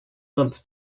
months